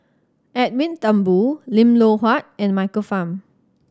Edwin Thumboo Lim Loh Huat and Michael Fam